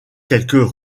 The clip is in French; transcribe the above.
quelques